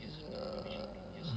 err